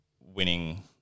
winning